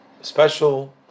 special